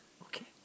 Okay